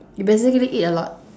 you basically eat a lot